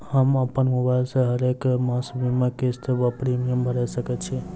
हम अप्पन मोबाइल सँ हरेक मास बीमाक किस्त वा प्रिमियम भैर सकैत छी?